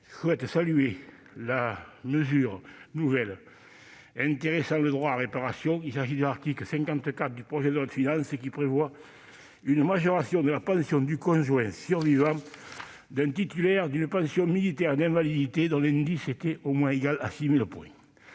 Je souhaite saluer la mesure nouvelle intéressant le droit à réparation : l'article 54 du projet de loi de finances prévoit une majoration de la pension du conjoint survivant d'un titulaire d'une pension militaire d'invalidité, dont l'indice était au moins égal à 6 000 points.